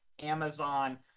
amazon